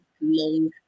long